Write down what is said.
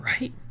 right